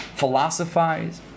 philosophize